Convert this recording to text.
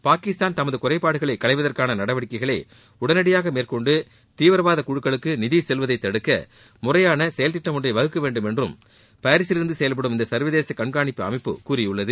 பாகிஸ்தான் தமது குறைபாடுகளை களைவதற்கான நடவடிக்கைகளை உடனடியாக மேற்கொண்டு தீவிரவாத குழுக்குளுக்கு நிதி செல்வதை தடுக்க முறையான செயல்திட்டம் ஒன்றை வகுக்க வேண்டும் எனவும் பாரிசில் இருந்து செயல்படும் இந்த சர்வதேச கண்காணிப்பு அமைப்பு கூறியுள்ளது